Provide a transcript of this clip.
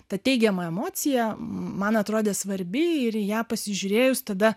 ta teigiama emocija man atrodė svarbi ir į ją pasižiūrėjus tada